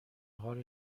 حال